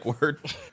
word